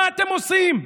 מה אתם עושים?